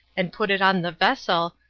and put it on the vessel,